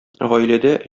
гаиләдә